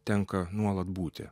tenka nuolat būti